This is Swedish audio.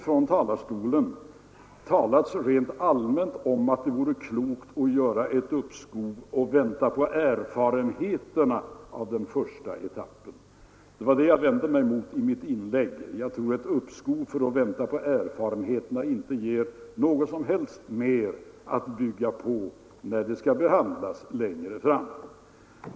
Från talarstolen har det rent allmänt sagts att det vore klokt med ett uppskov i väntan på erfarenheterna från den första etappen. Det var det jag vände mig emot i mitt förra inlägg. Jag tror inte det skulle ge något som helst mer att bygga på när frågan skall behandlas längre fram.